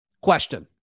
Question